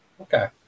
Okay